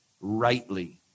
rightly